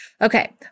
Okay